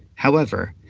however,